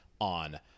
on